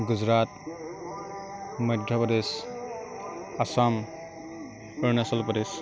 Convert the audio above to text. Gujarat Madhya Pradesh Assam Arunachal Pradesh